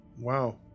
wow